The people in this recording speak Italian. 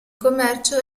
commercio